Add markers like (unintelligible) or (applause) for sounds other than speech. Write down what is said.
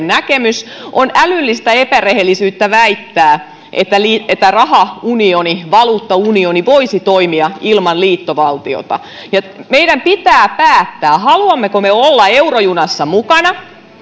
(unintelligible) näkemys on älyllistä epärehellisyyttä väittää että rahaunioni valuuttaunioni voisi toimia ilman liittovaltiota meidän pitää päättää haluammeko me olla eurojunassa mukana